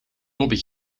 lobby